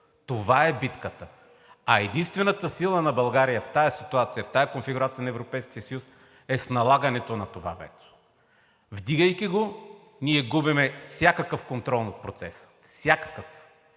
Това е битката. А единствената сила на България в тази ситуация, в тази конфигурация на Европейския съюз, е с налагането на това вето. Вдигайки го, ние губим всякакъв контрол над процеса. Всякакъв!